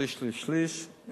שליש, שליש, שליש.